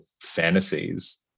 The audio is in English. fantasies